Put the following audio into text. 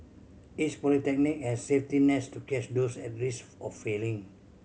each polytechnic has safety nets to catch those at risk of failing